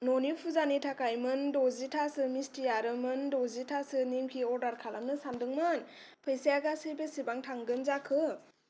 न'नि फुजानि थाखाय मोन द'जि थासो मिस्टि आरो मोन द'जि थासो नेमखि अर्डार खालामनो सानदोंमोन फैसाया गासै बेसेबां थांगोन जाखो